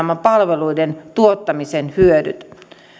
palveluiden tuottamisen hyödyt